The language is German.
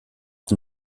dem